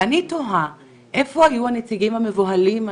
אני תוהה איפה היו הנציגים המבוהלים,